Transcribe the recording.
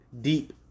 deep